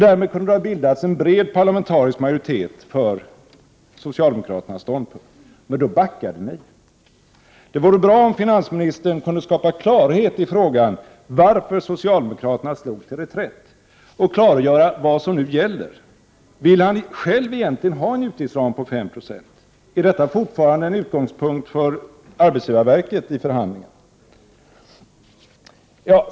Därmed kunde det ha bildats en bred parlamentarisk majoritet för socialdemokraternas ståndpunkt. Då backade ni. Det vore bra om finansministern kunde skapa klarhet i frågan varför socialdemokraterna slog till reträtt och klargöra vad som nu gäller. Vill han själv egentligen ha en utgiftsram på 5 76? Är detta fortfarande en utgångspunkt för arbetsgivarverket i förhandlingarna?